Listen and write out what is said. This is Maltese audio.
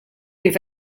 kif